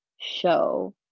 show